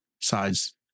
sides